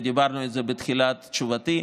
ודיברנו על זה בתחילת תשובתי,